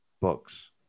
books